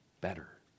better